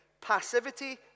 Passivity